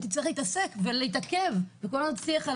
שתצטרך להתעסק ולהתעכב וכל השיח על